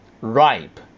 ripe